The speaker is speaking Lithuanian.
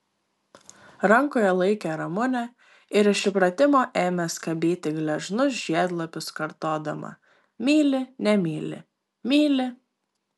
rankoje laikė ramunę ir iš įpratimo ėmė skabyti gležnus žiedlapius kartodama myli nemyli myli